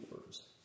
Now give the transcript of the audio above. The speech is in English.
words